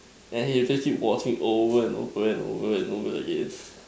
then he also keep watching over and over and over and over again